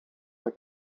like